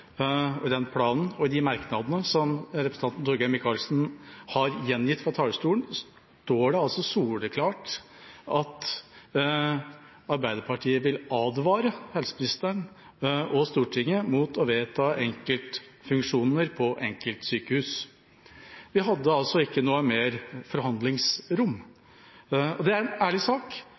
sin plan den 11. februar, og i både den planen og merknadene som representanten Torgeir Micaelsen har gjengitt fra talerstolen, står det soleklart at Arbeiderpartiet vil advare helseministeren og Stortinget mot å vedta enkeltfunksjoner på enkeltsykehus. Vi hadde altså ikke noe mer forhandlingsrom. Det er en ærlig sak,